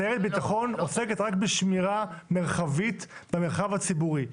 סיירת ביטחון עוסקת רק בשמירה מרחבית במרחב הציבורי.